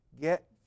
get